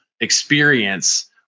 experience